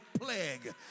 plague